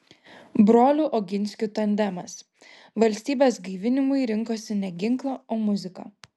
brolių oginskių tandemas valstybės gaivinimui rinkosi ne ginklą o muziką